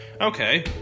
Okay